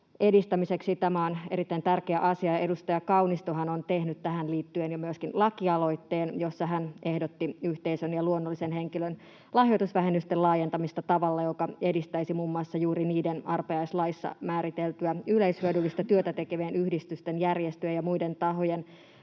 edistämiseksi. Tämä on erittäin tärkeä asia. Edustaja Kaunistohan on tehnyt tähän liittyen jo myöskin lakialoitteen, jossa hän ehdotti yhteisön ja luonnollisen henkilön lahjoitusvähennysten laajentamista tavalla, joka edistäisi muun muassa juuri niiden arpajaislaissa määriteltyä yleishyödyllistä työtä tekevien yhdistysten, järjestöjen ja muiden tahojen